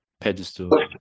pedestal